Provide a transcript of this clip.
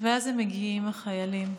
ואז הם מגיעים, החיילים,